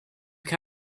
look